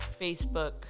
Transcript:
Facebook